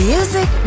Music